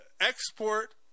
export